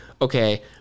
okay